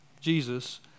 Jesus